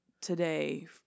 today